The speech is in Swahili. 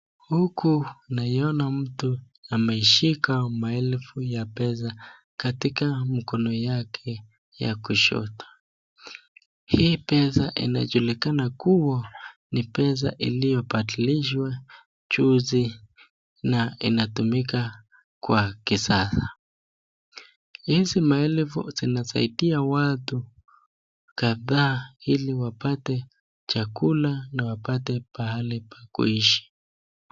Huku naiona mtu ameshika maelfu ya pesa katika mkono yake ya kushoto. Hii pesa inajulikana kuwa ni pesa iliyobadilishwa juzi na inatumika kwa kisasa. Hizi maelfu zinasaidia watu kadhaa ili wapate chakula na wapate pahali pa kuishi.